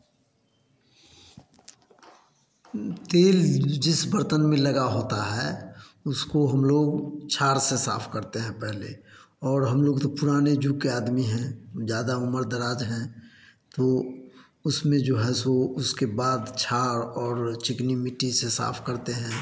तेल जिस बर्तन में लगा होता है उसको हम लोग झाड़ से साफ़ करते हैं पहले और हम लोग तो पुराने युग के आदमी है ज़्यादा उम्र दराज हैं तो उसमें जो है सो उसके बाद झार और चिकनी मिट्टी से साफ़ करते हैं